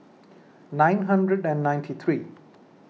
nine hundred and ninety three